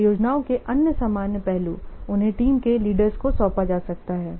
परियोजनाओं के अन्य सामान्य पहलू उन्हें टीम के लीडर्स को सौंपा जा सकता है